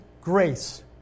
grace